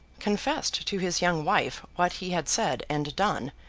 confessed to his young wife what he had said and done,